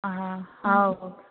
ஆ ஆ ஓகே